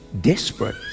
desperate